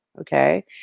okay